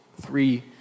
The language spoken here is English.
three